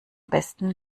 besten